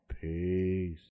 peace